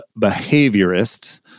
behaviorists